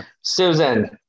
Susan